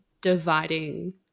dividing